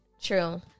True